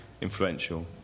influential